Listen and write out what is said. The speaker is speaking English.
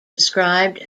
described